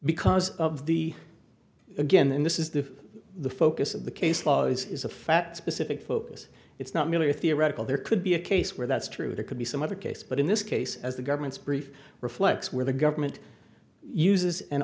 because of the again this is the focus of the case law is a fact specific focus it's not merely a theoretical there could be a case where that's true there could be some other case but in this case as the government's brief reflects where the government uses an